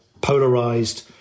polarized